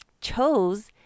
chose